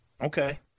Okay